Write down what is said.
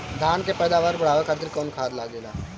धान के पैदावार बढ़ावे खातिर कौन खाद लागेला?